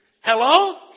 Hello